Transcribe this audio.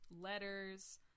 letters